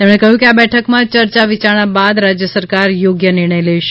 તેમણે કહ્યું કે આ બેઠકમાં ચર્ચા વિચારણા બાદ રાજ્ય સરકાર યોગ્ય નિર્ણય લેશે